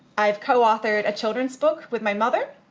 i've co-authored a children's book with my mother.